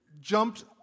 jumped